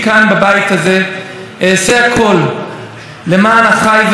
שאעשה הכול לקדש את שמו בעולם וחלילה לא לחלל את שמו.